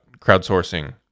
crowdsourcing